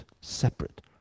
separate